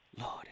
Lord